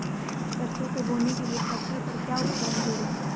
सरसों को बोने के लिये ट्रैक्टर पर क्या उपकरण जोड़ें?